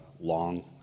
long